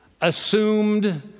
assumed